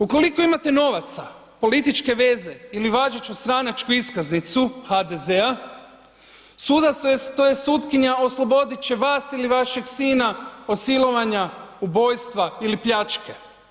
Ukoliko imate novaca, političke veze ili važeću stranačku iskaznicu HDZ-a sudac, tj. sutkinja osloboditi će vas ili vašeg sina od silovanja, ubojstva ili pljačke.